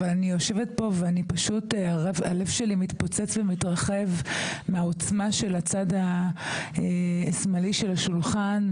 אני יושבת פה והלב שלי מתפוצץ ומתרחב מהעוצמה של הצד השמאלי של השולחן,